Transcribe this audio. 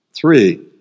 Three